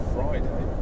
Friday